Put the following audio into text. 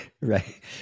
right